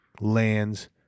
lands